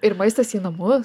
ir maistas į namus